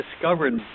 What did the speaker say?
discovered